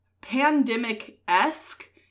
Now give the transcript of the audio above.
pandemic-esque